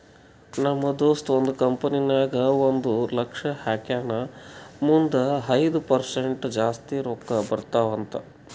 ನಮ್ ದೋಸ್ತ ಒಂದ್ ಕಂಪನಿ ನಾಗ್ ಒಂದ್ ಲಕ್ಷ ಹಾಕ್ಯಾನ್ ಮುಂದ್ ಐಯ್ದ ಪರ್ಸೆಂಟ್ ಜಾಸ್ತಿ ರೊಕ್ಕಾ ಬರ್ತಾವ ಅಂತ್